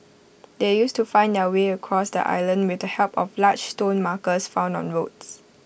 they used to find their way across the island with the help of large stone markers found on roads